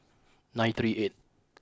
nine three eight